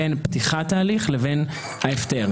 בין פתיחת ההליך להפטר.